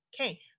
okay